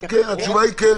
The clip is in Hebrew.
התשובה היא כן.